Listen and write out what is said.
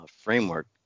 framework